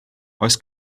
oes